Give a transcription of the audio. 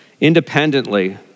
independently